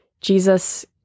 Jesus